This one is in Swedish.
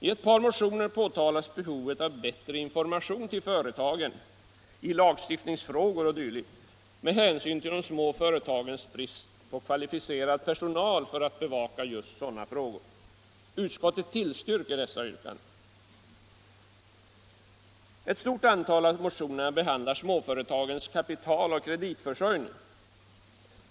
I ett par motioner påtalas behovet av bättre information till företagen i lagstiftningsfrågor o. d. med hänsyn till de små företagens brist på kvalificerad personal för bevakning av dessa frågor. Utskottet tillstyrker dessa yrkanden. Ett stort antal av motionerna behandlar småföretagens kapitaloch kreditförsörjning.